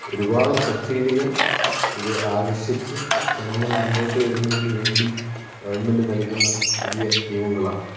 ഒരുപാട് സബ്സിഡികൾ ഇത് ആകർഷിച്ച് ജനങ്ങൾ മുന്നോട്ട് വരുന്നതിനു വേണ്ടി ഗവൺമെന്റ് നൽകുന്ന പുതിയ സ്കീമുകളാണ്